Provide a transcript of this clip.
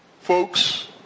Folks